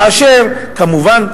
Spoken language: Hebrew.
כמובן,